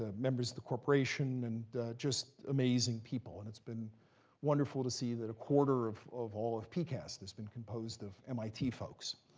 ah members of the corporation and just amazing people. and it's been wonderful to see that a quarter of of all of pcast has been composed of mit folks.